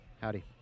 Howdy